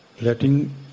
letting